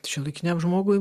šiuolaikiniam žmogui